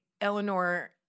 Eleanor